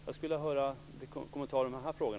Jag skulle vilja få kommenterar i dessa frågor.